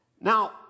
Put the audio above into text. Now